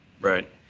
Right